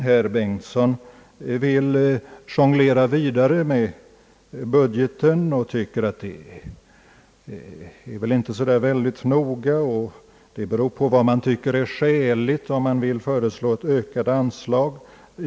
Herr Bengtson vill jonglera vidare med budgeten och tycker att man här inte behöver vara så noga och att det kan bero på vad som är skäligt, om man vill föreslå ett ökat anslag.